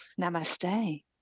Namaste